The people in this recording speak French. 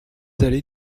allée